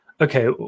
Okay